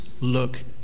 look